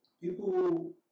People